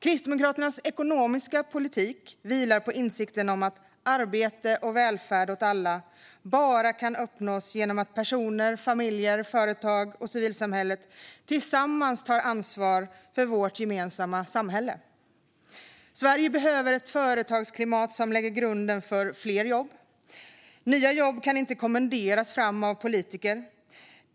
Kristdemokraternas ekonomiska politik vilar på insikten om att arbete och välfärd åt alla bara kan uppnås genom att personer, familjer, företag och civilsamhället tillsammans tar ansvar för vårt gemensamma samhälle. Sverige behöver ett företagsklimat som lägger grunden för fler jobb. Nya jobb kan inte kommenderas fram av politiker.